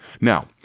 Now